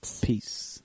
Peace